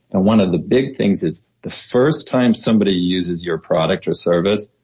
one of the big things is the first time somebody uses your product or service,